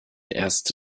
erst